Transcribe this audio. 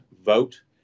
vote